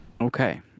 Okay